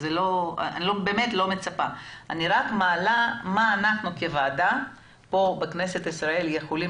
אני רק מעלה מה אנחנו כוועדה בכנסת ישראל יכולים